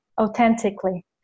authentically